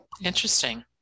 interesting